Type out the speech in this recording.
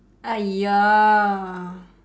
!aiya!